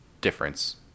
difference